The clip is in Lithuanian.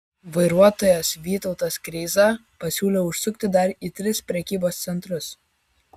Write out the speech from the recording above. vairuotojas vytautas kreiza pasiūlė užsukti dar į tris prekybos centrus